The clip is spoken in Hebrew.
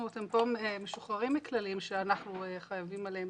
אתם פה משוחררים מכללים שאנחנו חייבים עליהם,